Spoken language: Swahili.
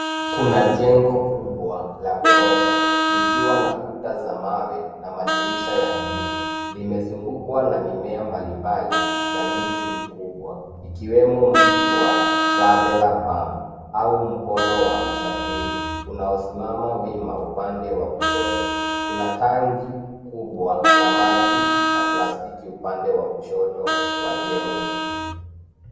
Kuna jengo kubwa la ghorofa likiwa na kuta za mawe na madirisha ya blue . Limezungukwa na mimea mbalimbali na miti mikubwa, ikiwemo mti wa traveler palm au mkono wa msafiri, unaosimama wima upande wa kushoto. Kuna tangi kubwa la maji la plastiki upande wa kushoto wa jengo.